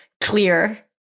clear